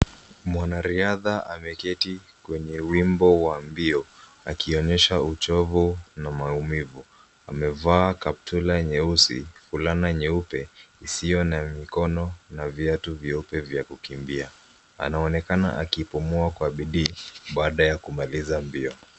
Mwanariadha ameketi kwenye wimbo wa mbio akionyesha uchovu na maumivu. Amevaa kaptula nyeusi, fulana nyeupe isiyo na mikono na viatu vyeupe vya kukimbia. Anaonekana akipumua kwa bidii baada ya kumaliza mbio.